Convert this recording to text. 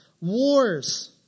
wars